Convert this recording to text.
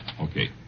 Okay